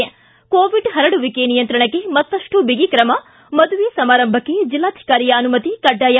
ಿಗಿ Covid ಪರಡುವಿಕೆ ನಿಯಂತ್ರಣಕ್ಕೆ ಮತ್ತಷ್ಟು ಬಗಿ ತ್ರಮ ಮದುವೆ ಸಮಾರಂಭಕ್ಕೆ ಜಿಲ್ಲಾಧಿಕಾರಿಯ ಅನುಮತಿ ಕಡ್ಡಾಯ